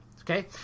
okay